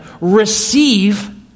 receive